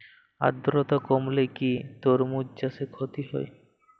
আদ্রর্তা কমলে কি তরমুজ চাষে ক্ষতি হয়?